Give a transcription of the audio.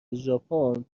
ژاپن